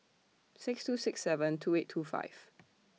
six two six seven two eight two five